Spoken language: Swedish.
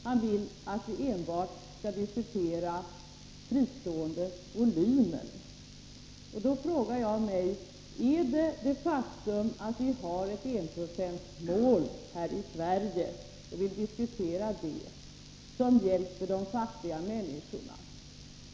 Han vill att vi enbart skall diskutera fristående volymer. Då frågar jag mig: Är det faktum att vi har enprocentsmålet här i Sverige det som hjälper de fattiga människorna?